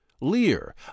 Lear